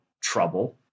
trouble